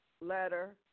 letter